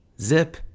zip